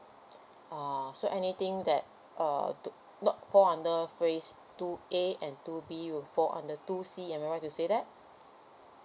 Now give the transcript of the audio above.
oh so anything that err two not fall under phrase two A and two B will fall under two C am I right to say that